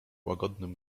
łagodnym